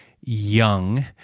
young